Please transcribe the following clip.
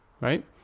right